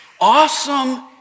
Awesome